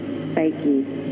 psyche